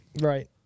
Right